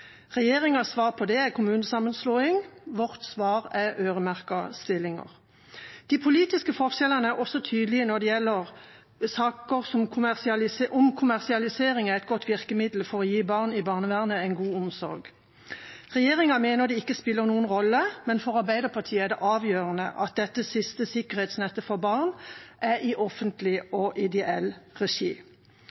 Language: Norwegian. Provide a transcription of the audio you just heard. Regjeringas svar på det er kommunesammenslåing. Vårt svar er øremerkede stillinger. De politiske forskjellene er også tydelige når det gjelder om kommersialisering er et godt virkemiddel for å gi barn i barnevernet en god omsorg. Regjeringa mener det ikke spiller noen rolle, men for Arbeiderpartiet er det avgjørende at dette siste sikkerhetsnettet for barn er i offentlig og ideell regi.